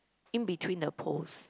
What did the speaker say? in between the poles